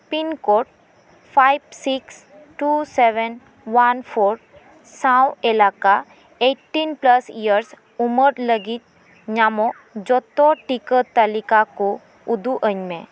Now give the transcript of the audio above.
pincode five six two seven one four ᱥᱟᱶ ᱮᱞᱟᱠᱟ eighteen plus years ᱩᱢᱮᱨ ᱞᱟᱹᱜᱤᱫ ᱧᱟᱢᱚᱜ ᱡᱚᱛᱚ ᱴᱤᱠᱟᱹ ᱛᱟᱞᱤᱠᱟ ᱠᱚ ᱩᱫᱩᱜ ᱟᱹᱧᱢᱮ